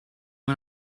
and